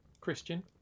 christian